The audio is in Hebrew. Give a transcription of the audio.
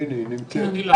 בבקשה.